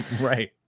Right